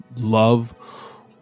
love